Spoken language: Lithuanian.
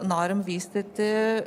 norim vystyti